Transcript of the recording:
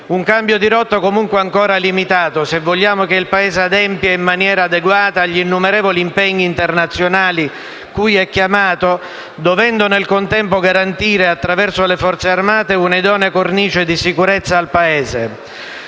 Un cambio di rotta comunque ancora limitato se vogliamo che il Paese adempia in maniera adeguata agli innumerevoli impegni internazionali cui è chiamato dovendo nel contempo garantire, attraverso le Forze armate, un'idonea cornice di sicurezza al Paese.